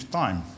time